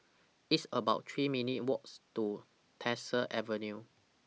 It's about three minute Walks to Tyersall Avenue